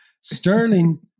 sterling